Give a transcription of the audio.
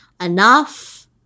enough